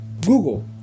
Google